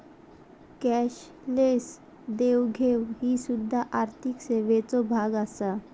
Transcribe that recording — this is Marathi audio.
कॅशलेस देवघेव ही सुध्दा आर्थिक सेवेचो भाग आसा